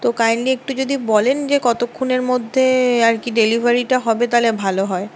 তো কাইন্ডলি একটু যদি বলেন যে কতক্ষণের মধ্যে আর কি ডেলিভারিটা হবে তাহলে ভালো হয়